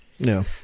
No